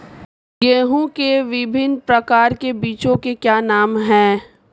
गेहूँ के विभिन्न प्रकार के बीजों के क्या नाम हैं?